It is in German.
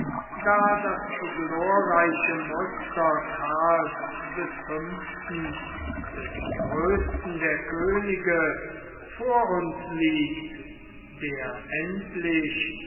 da das glorreiche muster karls des fünften des größten der könige vor uns liegt der endlich